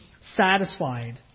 satisfied